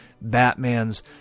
Batman's